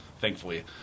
thankfully